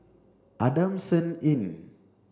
Adamson Inn